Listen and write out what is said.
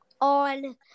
on